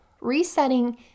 resetting